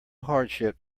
hardship